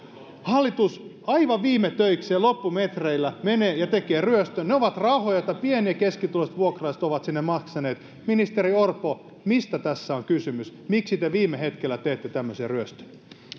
hallitus aivan viime töikseen loppumetreillä menee ja tekee ryöstön ne ovat rahoja joita pieni ja keskituloiset vuokralaiset ovat sinne maksaneet ministeri orpo mistä tässä on kysymys miksi te viime hetkellä teette tämmöisen ryöstön